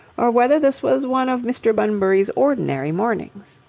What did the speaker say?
or whether this was one of mr. bunbury's ordinary mornings.